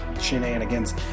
shenanigans